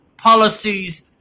policies